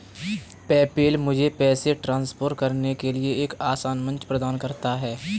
PayPal मुझे पैसे transfer करने के लिए एक आसान मंच प्रदान करता है